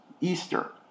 Easter